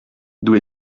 d’où